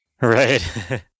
Right